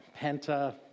Penta